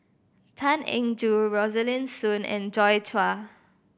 Tan Eng Joo Rosaline Soon and Joi Chua